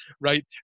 right